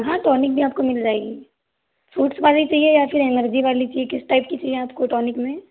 हाँ टॉनिक भी आपको मिल जाएगी फ्रूट्स वाली चाहिए या फिर एनर्जी वाली चाहिए किस टाइप की चाहिए आपको टॉनिक में